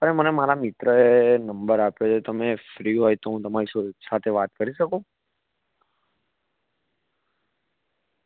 અરે મને મારા મિત્રએ નંબર આપ્યો છે તમે ફ્રી હોય તો હું તમારી સાથે વાત કરી શકું